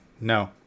no